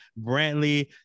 Brantley